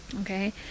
okay